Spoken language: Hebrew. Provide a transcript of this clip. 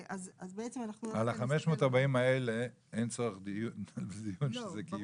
אז בעצם אנחנו --- על 540 האלה אין צורך דיון שזה קיום.